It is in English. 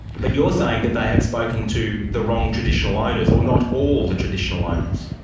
but you're saying that they had spoken to the wrong traditional owners or not all the traditional owners.